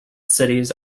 cities